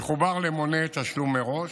יחובר למונה תשלום מראש